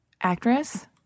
actress